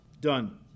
done